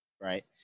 right